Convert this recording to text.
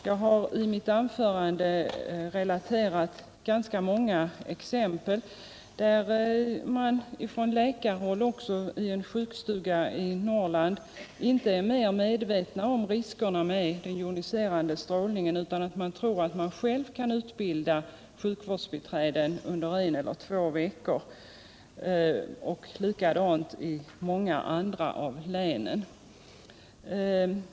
Jag har relaterat ganska många exempel, bl.a. från en sjukstuga i Norrland, som visar att man ofta inte heller på läkarhåll är medveten om riskerna med den joniserande strålningen. Man tror att man själv kan utbilda sjukvårdsbiträden under en eller två veckor. Likadant är det i många andra län.